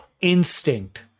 instinct